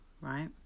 right